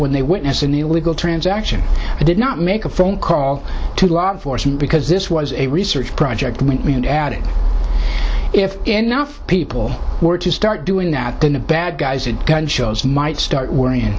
when they witness an illegal transaction i did not make a phone call to law enforcement because this was a research project with me and added if enough people were to start doing that then a bad guys at gun shows might start worrying